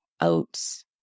oats